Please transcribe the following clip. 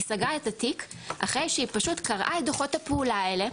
היא סגרה את התיק אחרי שהיא פשוט קראה את דוחות הפעולה האלה,